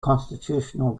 constitutional